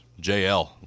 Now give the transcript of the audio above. JL